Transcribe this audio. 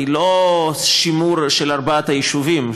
לא שימור של ארבעת היישובים.